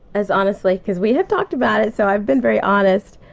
as honestly because we have talked about it. so i've been very honest.